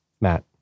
Matt